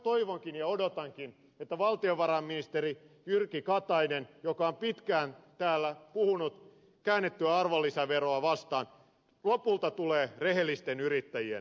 toivonkin ja odotankin että valtiovarainministeri jyrki katainen joka on pitkään täällä puhunut käännettyä arvonlisäveroa vastaan lopulta tulee rehellisten yrittäjien puolelle